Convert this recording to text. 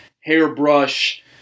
hairbrush